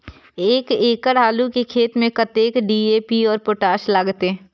एक एकड़ आलू के खेत में कतेक डी.ए.पी और पोटाश लागते?